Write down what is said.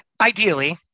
Ideally